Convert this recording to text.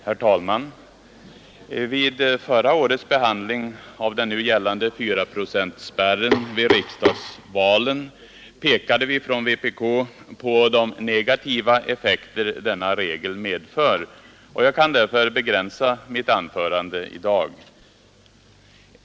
Herr talman! Vid förra årets behandling av den nu gällande fyraprocentspärren vid riksdagsvalen pekade vi från vpk på de negativa effekter denna regel medför. Jag kan därför begränsa mitt anförande i dag.